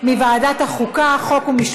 ובנאום הבא שלי, לגבי החוק הצרפתי,